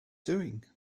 doing